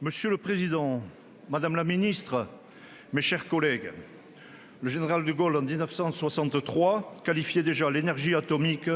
Monsieur le président, madame la ministre, mes chers collègues, en 1963, le général de Gaulle qualifiait déjà l'énergie atomique